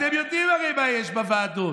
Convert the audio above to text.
אתם יודעים הרי מה יש בוועדות.